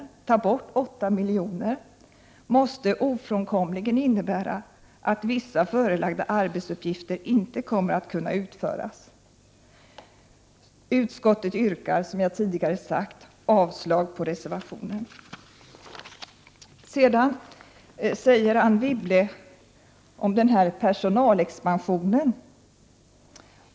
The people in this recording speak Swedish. ta bort 8 miljoner måste ofrånkomligen innebära att vissa förelagda arbetsuppgifter inte kommer att kunna utföras. Utskottet yrkar, som jag tidigare sagt, avslag på motionen. Sedan tog Anne Wibble upp personalexpansionen.